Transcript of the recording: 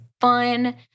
fun